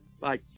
Bye